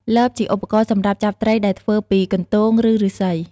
លប ជាឧបករណ៍សម្រាប់ចាប់ត្រីដែលធ្វើពីកន្ទោង ឬឫស្សី។